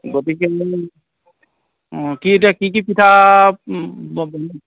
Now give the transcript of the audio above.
গতিকে অঁ কি এতিয়া কি কি পিঠা